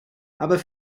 aber